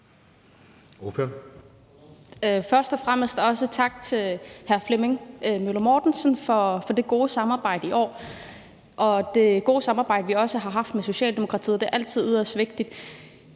Først og fremmest vil jeg også sige tak til hr. Flemming Møller Mortensen for det gode samarbejde i år og det gode samarbejde, vi også har haft med Socialdemokratiet. Det er altid yderst vigtigt.